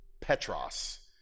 Petros